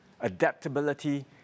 adaptability